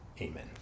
Amen